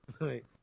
right